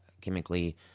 chemically